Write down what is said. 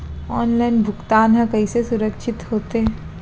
Online भुगतान हा कइसे सुरक्षित होथे?